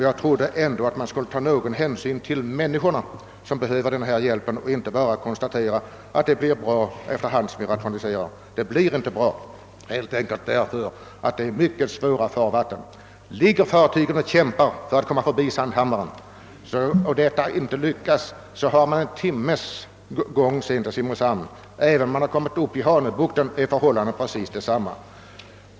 Jag trodde att man skulle ta hänsyn till de människor som behöver hjälp och inte bara konstatera hur det blir sedan man rationaliserat. Det blir inte bra, helt enkelt därför att det är fråga om mycket svåra vatten. Om ett fartyg ligger och kämpar för att komma förbi Sandhammaren och detta inte lyckas, har det därefter en timmes gång till Simrishamn. Även om fartyget kommit upp i Hanöbukten är förhållandena precis desamma.